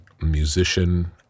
musician